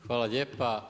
Hvala lijepa.